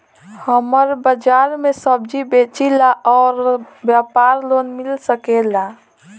हमर बाजार मे सब्जी बेचिला और व्यापार लोन मिल सकेला?